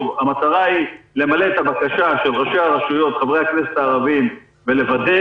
המטרה היא למלא את הבקשה של ראשי הרשויות וחברי הכנסת הערבים ולוודא